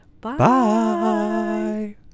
Bye